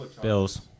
Bills